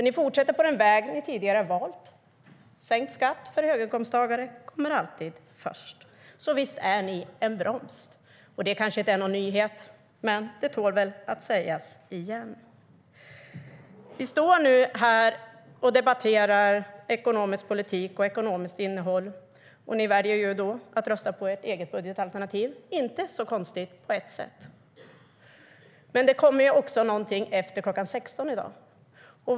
Ni fortsätter på den väg som ni tidigare har valt: Sänkt skatt för höginkomsttagare kommer alltid först. Så visst är ni en broms. Det kanske inte är någon nyhet, men det tål väl att sägas igen. Vi står nu här och debatterar ekonomisk politik och ekonomiskt innehåll. Då väljer ni att rösta på ert eget budgetalternativ. Det är inte så konstigt på ett sätt. Men det kommer ju också något efter klockan 16 i dag.